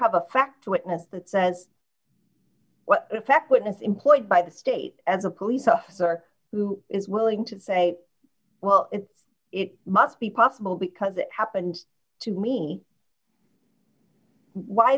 have a fact witness that says what effect witness employed by the state as a police officer who is willing to say well it must be possible because it happened to me why